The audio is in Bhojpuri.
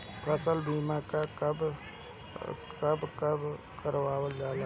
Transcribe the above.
फसल बीमा का कब कब करव जाला?